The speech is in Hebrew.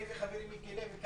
אני וחברי מיקי לוי,